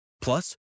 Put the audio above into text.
Plus